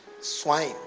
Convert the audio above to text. swine